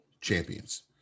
champions